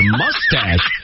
mustache